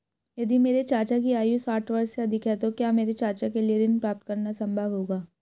यदि मेरे चाचा की आयु साठ वर्ष से अधिक है तो क्या मेरे चाचा के लिए ऋण प्राप्त करना संभव होगा?